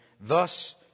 Thus